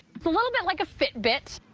a little bit like a fitbit.